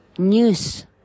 news